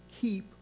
keep